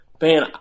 man